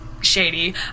shady